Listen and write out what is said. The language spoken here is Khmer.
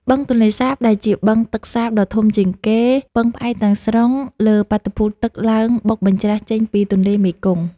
បឹងទន្លេសាបដែលជាបឹងទឹកសាបដ៏ធំជាងគេពឹងផ្អែកទាំងស្រុងលើបាតុភូតទឹកឡើងបុកបញ្ច្រាសចេញពីទន្លេមេគង្គ។